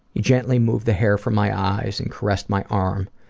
he gently moved the hair from my eyes and caressed my arm.